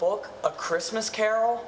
book a christmas carol